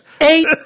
Eight